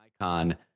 icon